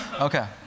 Okay